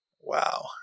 Wow